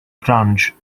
grange